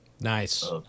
Nice